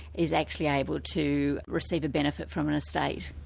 is actually able to receive a benefit from an estate.